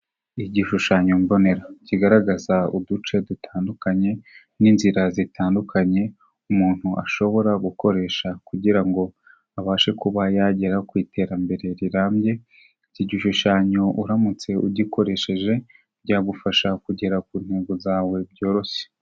Igishushanyo mbonera kigaragaza uduce dutandukanye n'inzira zitandukanye, umuntu ashobora gukoresha kugira ngo abashe kuba yagera ku iterambere rirambye, iki gishushanyo uramutse ugikoresheje byagufasha kugera ku ntego zawe byoroshye.